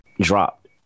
dropped